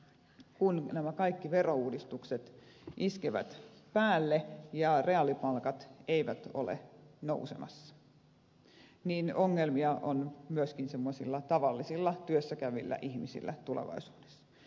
kun nämä kaikki verouudistukset iskevät päälle ja reaalipalkat eivät ole nousemassa niin ongelmia on myöskin semmoisilla tavallisilla työssä käyvillä ihmisillä tulevaisuudessa